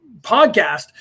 podcast